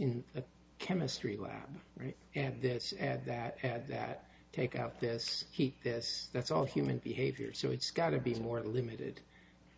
a chemistry lab and this at that at that take out this heat this that's all human behavior so it's got to be more limited